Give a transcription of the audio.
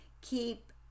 keep